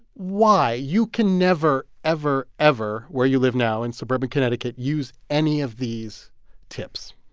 why? you can never, ever, ever, where you live now in suburban connecticut, use any of these tips.